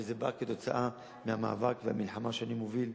וזה בא כתוצאה מהמאבק והמלחמה שאני מוביל,